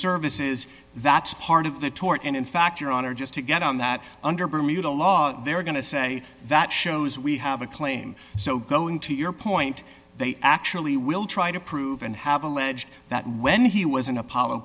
services that's part of the tort and in fact your honor just to get on that under bermuda law they're going to say that shows we have a claim so going to your point they actually will try to prove and have alleged that when he was an apollo